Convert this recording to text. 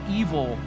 evil